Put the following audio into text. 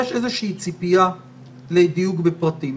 יש איזה ציפייה לדיוק בפרטים.